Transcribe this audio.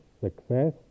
success